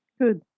Good